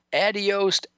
Adios